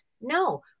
No